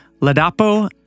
Ladapo